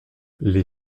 les